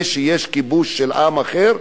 זה שיש כיבוש של עם אחר,